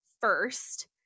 first